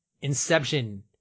inception